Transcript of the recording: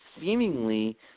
seemingly